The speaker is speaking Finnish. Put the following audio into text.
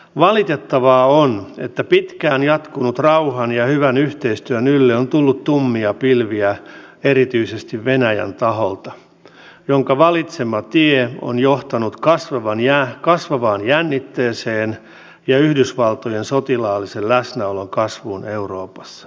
valitettavaa on että pitkään jatkuneen rauhan ja hyvän yhteistyön ylle on tullut tummia pilviä erityisesti venäjän taholta jonka valitsema tie on johtanut kasvavaan jännitteeseen ja yhdysvaltojen sotilaallisen läsnäolon kasvuun euroopassa